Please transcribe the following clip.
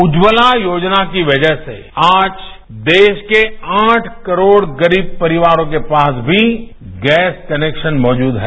उज्ज्वला योजना की वजह से आज देश के आठ करोड गरीब परिवारों के पास भी गैस कनेक्शन मौजूद है